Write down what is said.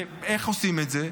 איך עושים את זה?